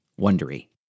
Wondery